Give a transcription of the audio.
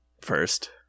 first